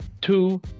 two